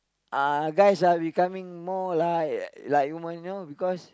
uh guys are becoming more like like women you know because